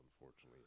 unfortunately